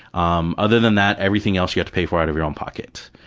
um other than that, everything else you have to pay for out of your own pocket.